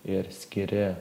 ir skiri